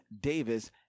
Davis